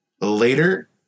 later